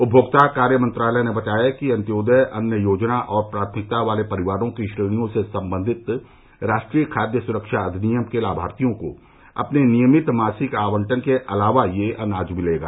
उपभोक्ता कार्य मंत्रालय ने बताया कि अन्त्योदय अन्न योजना और प्राथमिकता वाले परिवारों की श्रेणियों से संबंधित राष्ट्रीय खाद्य सुरक्षा अधिनियम के लाभार्थियों को अपने नियमित मासिक आवंटन के अलावा यह अनाज मिलेगा